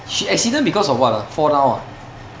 she accident because of what ah fall down ah